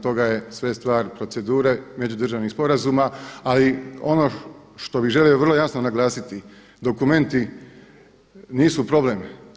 toga je sve stvar procedure međudržavnih sporazuma, a i ono što bih želio vrlo jasno naglasiti dokumenti nisu problem.